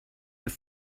have